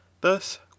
thus